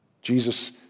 Jesus